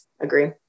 agree